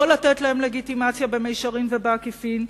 לא לתת להם לגיטימציה במישרין ובעקיפין,